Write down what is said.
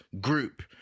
group